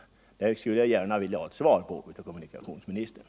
På detta skulle jag gärna vilja ha ett svar av kommunikationsministern.